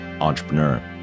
entrepreneur